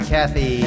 Kathy